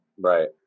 right